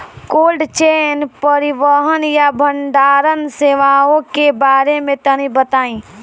Cold chain परिवहन या भंडारण सेवाओं के बारे में तनी बताई?